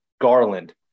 Garland